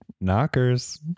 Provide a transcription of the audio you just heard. Knockers